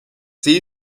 see